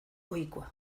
ohikoa